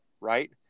right